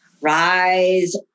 rise